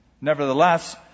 Nevertheless